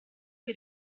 che